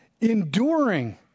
enduring